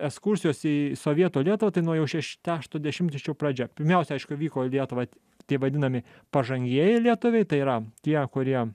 ekskursijos į sovietų lietuvą nu jau šešto dešimtmečio pradžia pirmiausia aišku vyko į lietuvą tie vadinami pažangieji lietuviai tai yra tie kurie